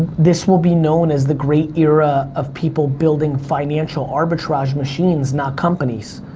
this will be known as the great era of people building financial arbitrage machines, not companies,